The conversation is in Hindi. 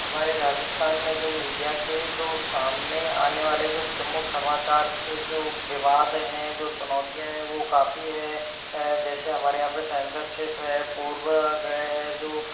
हमारे राजस्थान में जो मीडिया के जो सामने आने वाले जो प्रमुख समाचार से जो विवाद हैं जो चुनौतियाँ हैं वो काफ़ी हैं जैसे हमारे यहा पर सेंसरशिप है पूर्वग्रह है जो